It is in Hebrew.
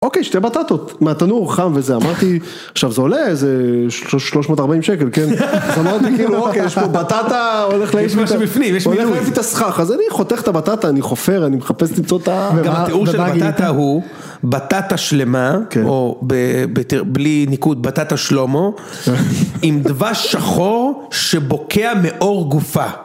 אוקיי שתי בטטות מהתנור חם וזה אמרתי עכשיו זה עולה איזה שלוש מאות ארבעים שקל, כן? אמרתי כאילו אוקיי יש פה בטטה, הולך לאיש מפנים, יש מילה חייבת להסכך, אז אני חותך את הבטטה, אני חופר, אני מחפש למצוא אותה. גם התיאור של הבטטה הוא בטטה שלמה, או בלי ניקוד בטטה שלומו, עם דבש שחור שבוקע מאור גופה.